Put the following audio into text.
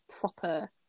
proper